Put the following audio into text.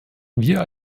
wir